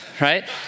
right